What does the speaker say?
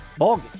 ballgame